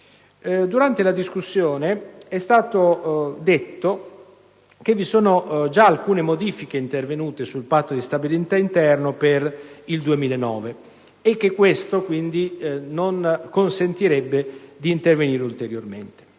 Durante la discussione è stato affermato che vi sono già alcune modifiche intervenute sul patto di stabilità interno per il 2009 e che ciò non consentirebbe ulteriori interventi.